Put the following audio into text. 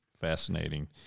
Fascinating